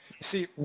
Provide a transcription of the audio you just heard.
see